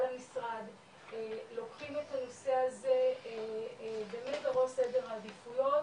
המשרד לוקחים את הנושא הזה באמת בראש סדר העדיפויות